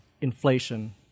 inflation